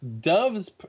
Doves